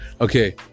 okay